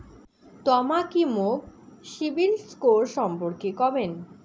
তমা কি মোক সিবিল স্কোর সম্পর্কে কবেন?